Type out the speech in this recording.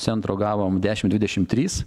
centro gavom dešim dvidešim trys